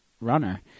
runner